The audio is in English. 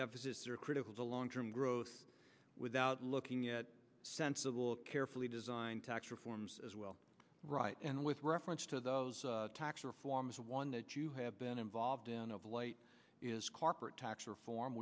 deficits are critical to long term growth without looking at sensible carefully designed tax reforms as well right and with reference to those tax reforms one that you have been involved in of late is corporate tax reform